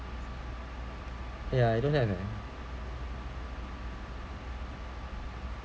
ya I don't have leh